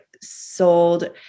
sold